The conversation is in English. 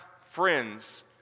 friends